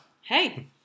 Hey